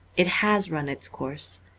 it has run its course.